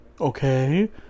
Okay